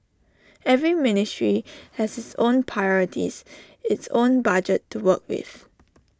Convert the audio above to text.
every ministry has its own priorities its own budget to work with